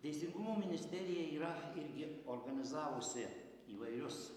teisingumo ministerija yra irgi organizavusi įvairius